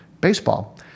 baseball